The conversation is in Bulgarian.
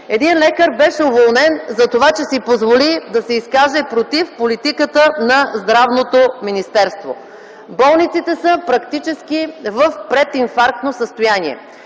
Един лекар беше уволнен за това, че си позволи да се изкаже против политиката на Здравното министерство. Болниците са практически в прединфарктно състояние,